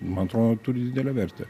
man atrodo turi didelę vertę